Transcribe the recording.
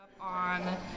On